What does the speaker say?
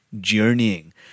journeying